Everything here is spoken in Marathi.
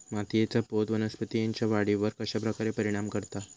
मातीएचा पोत वनस्पतींएच्या वाढीवर कश्या प्रकारे परिणाम करता?